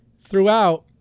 throughout